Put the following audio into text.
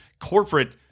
corporate